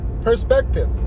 perspective